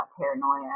paranoia